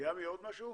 ליעמי, עוד משהו?